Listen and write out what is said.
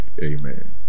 amen